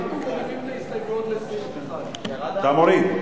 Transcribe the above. אנחנו מורידים את ההסתייגויות לסעיף 1. אתה מוריד.